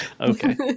Okay